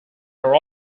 are